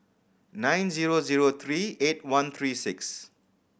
nine zero zero three eight one three six